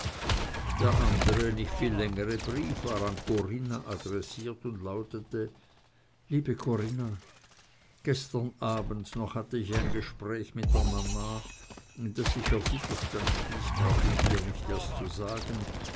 der andere nicht viel längere brief war an corinna adressiert und lautete liebe corinna gestern abend noch hatte ich ein gespräch mit der mama daß ich auf widerstand stieß brauche ich dir nicht erst zu sagen